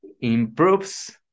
improves